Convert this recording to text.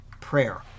prayer